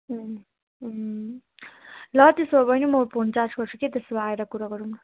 ल त्यसो हो भने म फोन चार्ज गर्छु कि त्यसो भए आएर कुरा गरौँ